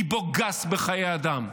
ליבו גס בחיי אדם.